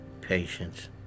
patience